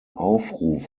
aufruf